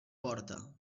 porta